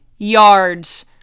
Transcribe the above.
yards